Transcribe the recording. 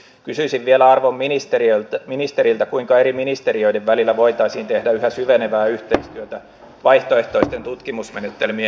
kysyisin vielä arvon ministeriltä kuinka eri ministeriöiden välillä voitaisiin tehdä yhä syvenevää yhteistyötä vaihtoehtoisten tutkimusmenetelmien kehittämiseksi